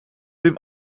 dem